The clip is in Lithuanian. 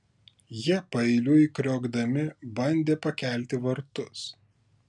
jie paeiliui kriokdami bandė pakelti vartus